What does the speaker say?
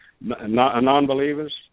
Non-believers